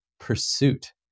pursuit